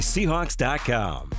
Seahawks.com